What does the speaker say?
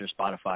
Spotify